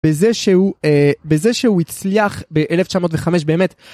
בזה שהוא הצליח ב-1905 באמת.